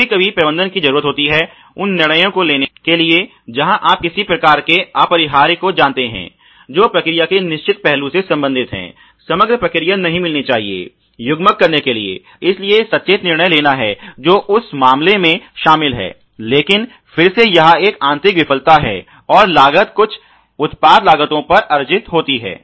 कभी कभी प्रबंधन की जरूरत होती है उन निर्णयों को लेने के लिए जहाँ आप किसी प्रकार के अपरिहार्य को जानते हैं जो प्रक्रिया के निश्चित पहलू से संबंधित हैं समग्र प्रक्रिया नहीं मिलनी चाहिए युग्मक करने के लिए इसलिए सचेत निर्णय लेना है जो उस मामले में शामिल है लेकिन फिर से यह एक आंतरिक विफलता है और यह लागत कुल उत्पाद लागतों पर अर्जित होती है